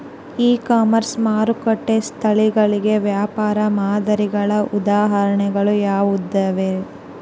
E commerce ಮಾರುಕಟ್ಟೆ ಸ್ಥಳಗಳಿಗೆ ವ್ಯಾಪಾರ ಮಾದರಿಗಳ ಉದಾಹರಣೆಗಳು ಯಾವವುರೇ?